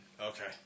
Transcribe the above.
Okay